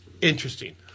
Interesting